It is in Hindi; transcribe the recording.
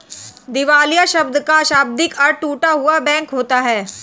दिवालिया शब्द का शाब्दिक अर्थ टूटा हुआ बैंक होता है